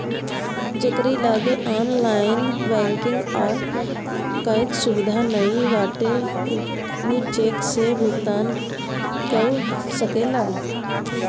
जेकरी लगे online banking कअ सुविधा नाइ बाटे उ चेक से भुगतान कअ सकेला